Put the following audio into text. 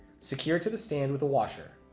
secure to the stand with the washer,